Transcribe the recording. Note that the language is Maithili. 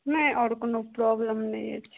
नहि आओर कोनो प्रॉब्लम नहि अछि